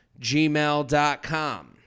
gmail.com